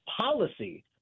policy